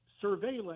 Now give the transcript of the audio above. surveillance